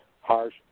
harsh